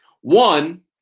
one